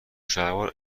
شلوار